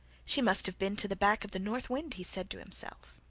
she must have been to the back of the north wind, he said to himself.